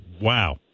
wow